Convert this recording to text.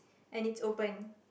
and it's open